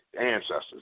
ancestors